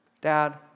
Dad